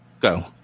go